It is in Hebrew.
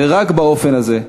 ורק באופן הזה,